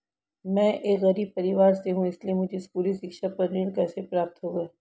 मैं एक गरीब परिवार से हूं इसलिए मुझे स्कूली शिक्षा पर ऋण कैसे प्राप्त होगा?